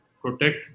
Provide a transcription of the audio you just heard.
protect